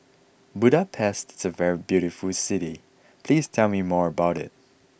Budapest is a very beautiful city please tell me more about it